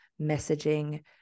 messaging